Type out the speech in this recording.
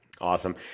Awesome